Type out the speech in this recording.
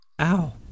Ow